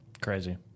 crazy